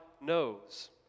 knows